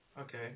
Okay